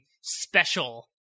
special